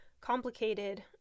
complicated